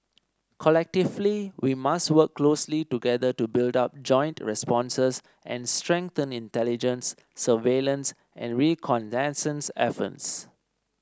collectively we must work closely together to build up joint responses and strengthen intelligence surveillance and reconnaissance efforts